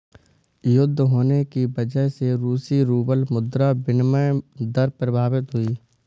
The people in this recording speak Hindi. युद्ध होने की वजह से रूसी रूबल मुद्रा विनिमय दर प्रभावित हुई